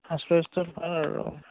ভাল আৰু